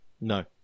No